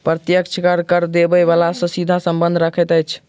प्रत्यक्ष कर, कर देबय बला सॅ सीधा संबंध रखैत अछि